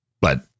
but-